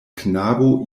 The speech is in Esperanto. knabo